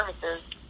services